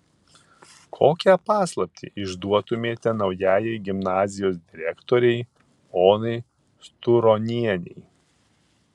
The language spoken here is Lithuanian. kokią paslaptį išduotumėte naujajai gimnazijos direktorei onai sturonienei